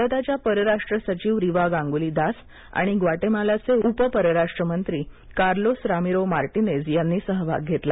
भारताच्या परराष्ट्र सचिव रीवा गांगुली दास आणिग्वाटेमालाचे उप परराष्ट्रमंत्री कार्लोस रामिरो मारटीनेझ यांनी भाग घेतला